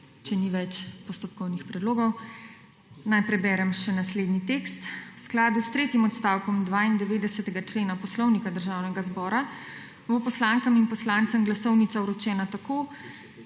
Če ni več postopkovnih predlogov, naj preberem še naslednji tekst. V skladu s tretjim odstavkom 92. člena Poslovnika Državnega zbora bo poslankam in poslancem glasovnica vročena tako,